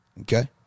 Okay